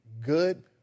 good